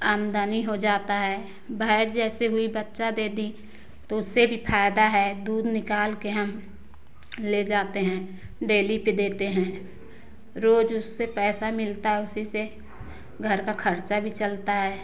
आमदनी हो जाता है भैंस जैसे हुई बच्चा दे दी तो उससे भी फायदा है दूध निकाल के हम ले जाते हैं डेयरी पर देते हैं रोज उससे पैसा मिलता है उसी से घर का खर्चा भी चलता है